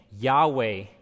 yahweh